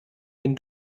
den